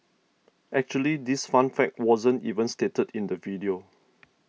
actually this fun fact wasn't even stated in the video